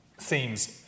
themes